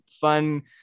fun